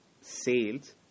sales